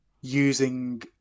using